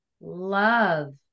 love